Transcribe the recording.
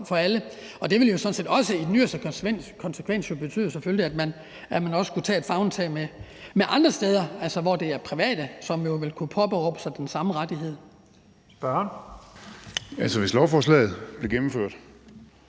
for alle, og det vil jo sådan set i den yderste konsekvens betyde, at man også skulle omfavne det andre steder, altså hvor det er private, som jo ville kunne påberåbe sig den samme rettighed. Kl. 17:38 Første næstformand